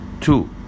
Two